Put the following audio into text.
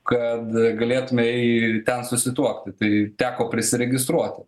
kad galėtumei ten susituokti tai teko prisiregistruoti